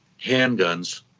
handguns